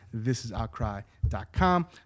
thisisoutcry.com